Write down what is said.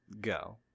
Go